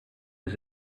his